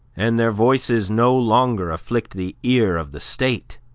and their voices no longer afflict the ear of the state,